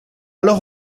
alors